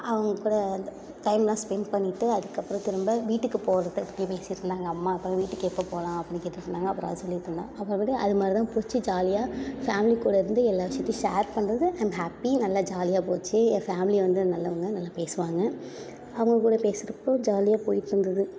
அவங்ககூட டைமெலாம் ஸ்பென்ட் பண்ணிவிட்டு அதுக்கப்புறம் திரும்ப வீட்டுக்கு போகிறத பற்றி பேசிகிட்ருந்தாங்க அம்மா அப்புறம் வீட்டுக்கு எப்போ போகலாம் அப்புடின்னு கேட்டுகிட்ருந்தாங்க அப்புறம் அதை சொல்லிகிட்டு இருந்தோம் அப்புறமேட்டு அதுமாதிரிதான் போச்சு ஜாலியாக ஃபேமிலி கூட இருந்து எல்லா விஷயத்தையும் ஷேர் பண்றது ஐ ஆம் ஹேப்பி நல்லா ஜாலியாக போச்சு என் ஃபேமிலியை வந்து நல்லவங்கள் நல்லா பேசுவாங்க அவங்க கூட பேசுகிறப் போது ஜாலியாக போய்கிட்ருந்துது